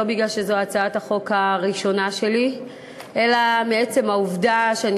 לא מפני שזו הצעת החוק הראשונה שלי אלא מעצם העובדה שאני